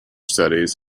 studies